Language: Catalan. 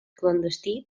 clandestí